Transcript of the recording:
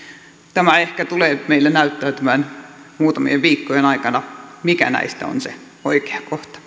tämä ehkä tulee meille näyttäytymään muutamien viikkojen aikana mikä näistä on se oikea kohta